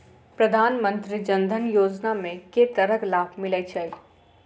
प्रधानमंत्री जनधन योजना मे केँ तरहक लाभ मिलय छै?